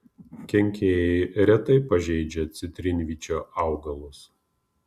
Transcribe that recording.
kenkėjai retai pažeidžia citrinvyčio augalus